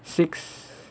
six